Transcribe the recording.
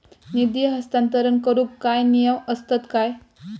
निधी हस्तांतरण करूक काय नियम असतत काय?